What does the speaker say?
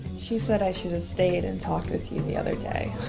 she said i should have stayed and talked with you the other day.